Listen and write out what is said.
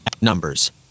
numbers